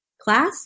class